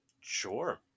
Sure